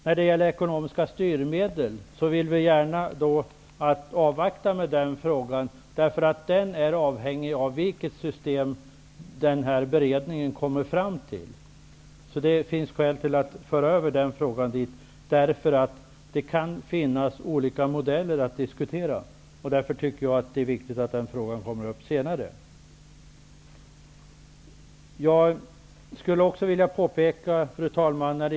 När det gäller ekonomiska styrmedel vill vi gärna avvakta den frågan, eftersom den är avhängig vilket system som beredningen kommer fram till. Det kan finnas olika modeller att diskutera. Därför är det viktigt att den frågan tas upp senare. Fru talman!